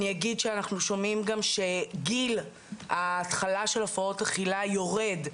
אני אגיד שאנחנו שומעים גם שגיל ההתחלה של הפרעות אכילה יורד,